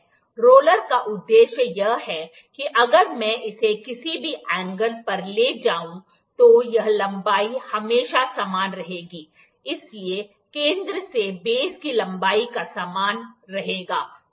roller का उद्देश्य यह है कि अगर मैं इसे किसी भी एंगल पर ले जाऊं तो यह लंबाई हमेशा समान रहेगी इसलिए केंद्र से बेस की लंबाई का समान रहेगा ठीक है